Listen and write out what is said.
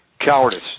Cowardice